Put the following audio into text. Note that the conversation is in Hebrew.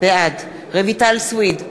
בעד רויטל סויד,